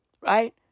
Right